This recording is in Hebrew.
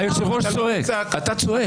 היושב ראש צועק, אתה צועק.